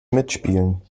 mitspielen